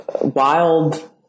wild